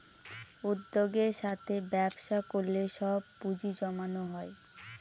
উদ্যোগের সাথে ব্যবসা করলে সব পুজিঁ জমানো হয়